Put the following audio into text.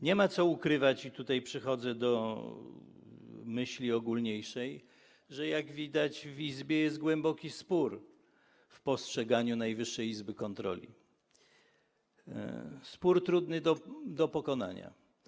Nie ma co ukrywać, i tutaj przechodzę do myśli ogólniejszej, że jak widać, w Izbie jest głęboki spór co do postrzegania Najwyższej Izby Kontroli, spór trudny do rozstrzygnięcia, pokonania.